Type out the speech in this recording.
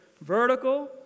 vertical